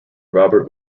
robert